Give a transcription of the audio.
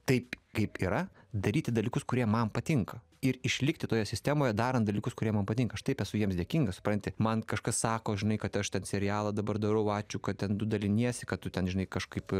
taip kaip yra daryti dalykus kurie man patinka ir išlikti toje sistemoje darant dalykus kurie man patinka aš taip esu jiems dėkinga supranti man kažkas sako žinai kad aš tą serialą dabar darau ačiū kad ten tu daliniesi kad tu ten žinai kažkaip